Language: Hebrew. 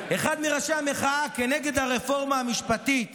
אחד מראשי המחאה נגד הרפורמה המשפטית